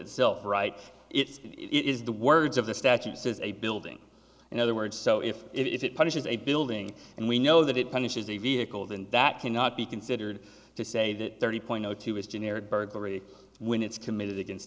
itself right it is the words of the statute says a building in other words so if it punishes a building and we know that it punishes a vehicle then that cannot be considered to say that thirty point zero two is generic burglary when it's committed against